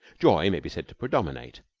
joy may be said to predominate,